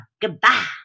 Goodbye